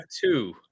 two